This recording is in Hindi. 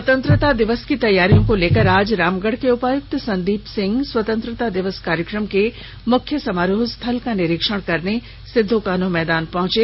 स्वतंत्रता दिवस की तैयारियों को लेकर आज रामगढ़ के उपायुक्त संदीप सिंह स्वतंत्रता दिवस कार्यक्रम के मुख्य समारोह स्थल का निरीक्षण करने सिद्वो कान्हू मैदाने पहुंचे